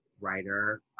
writer